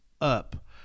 up